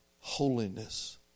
holiness